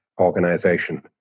organization